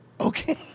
Okay